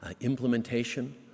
implementation